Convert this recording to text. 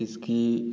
इसकी